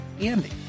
Andy